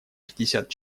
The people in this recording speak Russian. пятьдесят